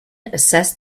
assessed